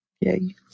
Yay